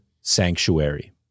sanctuary